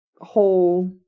whole